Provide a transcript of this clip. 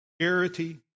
charity